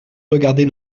regardez